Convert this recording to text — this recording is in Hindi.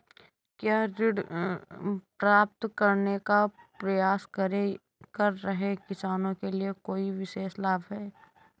क्या ऋण प्राप्त करने का प्रयास कर रहे किसानों के लिए कोई विशेष लाभ हैं?